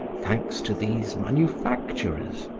thanks to these manufacturers.